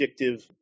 addictive